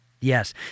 Yes